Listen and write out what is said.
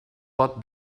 pot